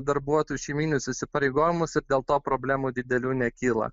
darbuotojų šeimyninius įsipareigojimus ir dėl to problemų didelių nekyla